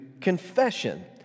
confession